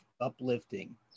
uplifting